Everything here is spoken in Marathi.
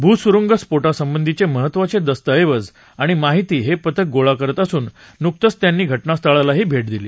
भूसुरुंगस्फोटासंबंधीचे महत्वाचे दस्तऐवज आणि माहिती हे पथक गोळा करत असून नुकतचं त्यांनी घटनास्थळालाही भेट दिली